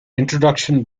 introduction